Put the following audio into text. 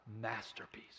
masterpiece